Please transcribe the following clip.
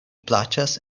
plaĉas